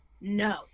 No